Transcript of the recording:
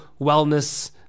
wellness